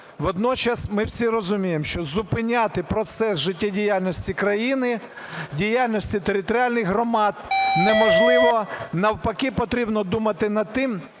водночас ми всі розуміємо, що зупиняти процес життєдіяльності країни, діяльності територіальних громад неможливо. Навпаки потрібно думати над тим,